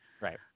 Right